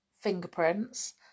fingerprints